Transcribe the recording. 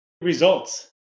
Results